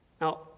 Now